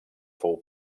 fou